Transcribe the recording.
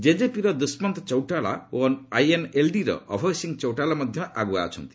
ଜେଜେପିର ଦୁଷ୍କନ୍ତ ଚୌତାଲା ଓ ଆଇଏନ୍ଏଲ୍ଡିର ଅଭୟସିଂ ଚୌତାଲା ମଧ୍ୟ ଆଗୁଆ ଅଛନ୍ତି